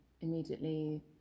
immediately